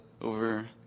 over